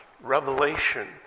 revelation